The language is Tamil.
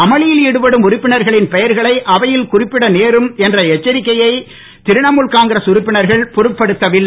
அமளியில் ஈடுபடும் உறுப்பினர்களின் பெயர்களை அவையில் குறிப்பட நேரும் என்ற எச்சரிக்கையும் திரிணமுல் காங்கிரஸ் உறுப்பினர்கள் பொருட்படுத்தவில்லை